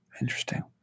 Interesting